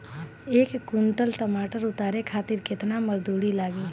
एक कुंटल टमाटर उतारे खातिर केतना मजदूरी लागी?